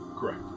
Correct